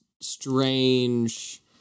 strange